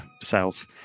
self